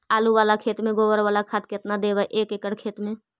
आलु बाला खेत मे गोबर बाला खाद केतना देबै एक एकड़ खेत में?